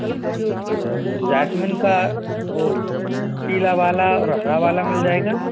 जी और जैस्मिन का वो पीला वाला और हरा वाला मिल जाएगा